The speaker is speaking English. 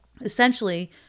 Essentially